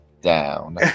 down